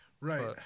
Right